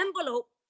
envelope